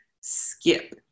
skip